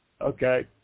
Okay